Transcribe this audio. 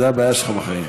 זאת הבעיה שלך בחיים.